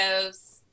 videos